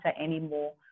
anymore